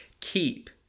keep